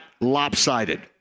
lopsided